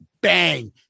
bang